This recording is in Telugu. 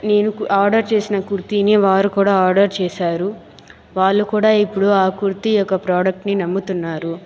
నేను కు ఆర్డర్ చేసిన కుర్తీని వారు కూడా ఆర్డర్ చేశారు వాళ్లు కూడా ఇపుడు ఆ కుర్తి యొక్క ప్రొడక్ట్ని నముతున్నారు